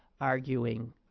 arguing